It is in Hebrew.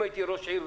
אם הייתי ראש עיר,